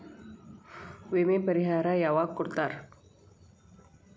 ವಿಮೆ ಪರಿಹಾರ ಯಾವಾಗ್ ಕೊಡ್ತಾರ?